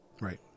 Right